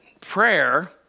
prayer